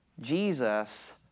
Jesus